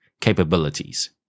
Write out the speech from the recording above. capabilities